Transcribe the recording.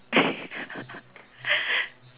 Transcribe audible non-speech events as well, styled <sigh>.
<laughs>